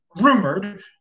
rumored